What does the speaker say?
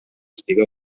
estiga